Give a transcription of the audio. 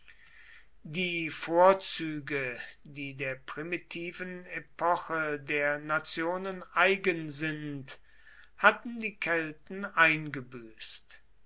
die vorzüge die der primitiven epoche der nationen eigen sind hatten die kelten eingebüßt